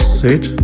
sit